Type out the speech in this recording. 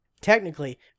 Technically